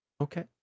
okay